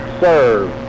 serve